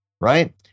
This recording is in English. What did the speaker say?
right